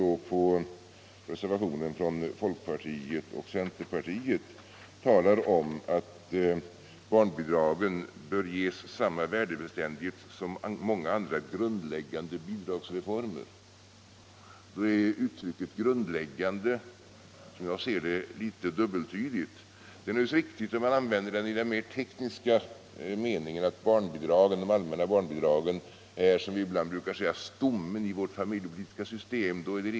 I reservationen från folkpartiet och centerpartiet talar reservanterna om att barnbidragen bör ges samma värdebeständighet som många andra grundläggande bidragsformer. Uttrycket grundläggande är litet dubbeltydigt, som jag ser det. Det är riktigt, i mer teknisk mening, att de allmänna barnbidragen är, som vi ibland brukar säga, stommen i vårt familjepolitiska system.